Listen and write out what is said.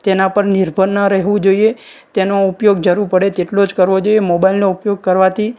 તેના પર નિર્ભર ના રહેવું જોઈએ તેનો ઉપયોગ જરૂર પડે તેટલો જ કરવો જોઈએ મોબાઈલનો ઉપયોગ કરવાથી